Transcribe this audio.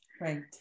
Right